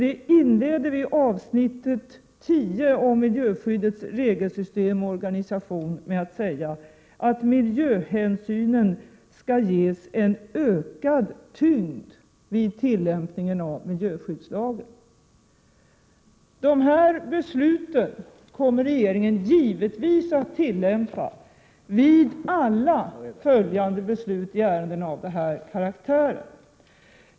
I inledningen till avsnitt 10, om miljöskyddets regelsystem och organisation, säger regeringen uttryckligen att miljöhänsynen skall ges en ökad tyngd vid tillämpningen av miljöskyddslagen. Denna inriktning kommer givetvis att vara vägledande för regeringen vid alla följande beslut i ärenden av den här karaktären.